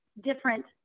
different